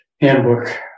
handbook